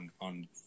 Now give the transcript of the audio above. on